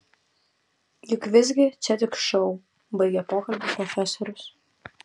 juk visgi čia tik šou baigė pokalbį profesorius